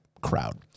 crowd